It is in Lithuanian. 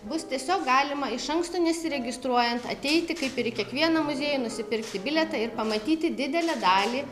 bus tiesiog galima iš anksto nesiregistruojant ateiti kaip ir į kiekvieną muziejų nusipirkti bilietą ir pamatyti didelę dalį